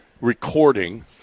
recording